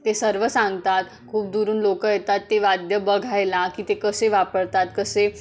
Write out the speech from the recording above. ते सर्व सांगतात खूप दुरून लोक येतात ते वाद्य बघायला की ते कसे वापरतात कसे